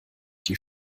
die